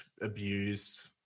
abused